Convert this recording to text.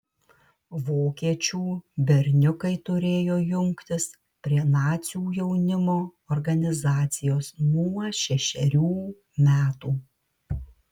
vokiečių berniukai turėjo jungtis prie nacių jaunimo organizacijos nuo šešerių metų